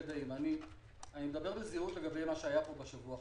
אני מדבר בזהירות לגבי מה שהיה בשבוע האחרון.